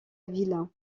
ville